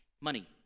money